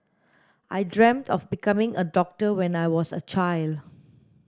I dreamt of becoming a doctor when I was a child